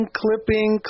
clipping